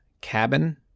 cabin